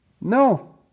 No